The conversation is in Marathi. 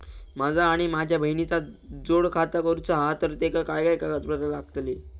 माझा आणि माझ्या बहिणीचा जोड खाता करूचा हा तर तेका काय काय कागदपत्र लागतली?